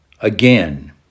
again